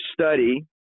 study